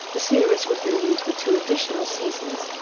the series was renewed for two additional seasons,